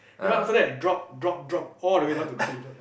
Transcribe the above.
then after that it drop drop drop all the way down to three left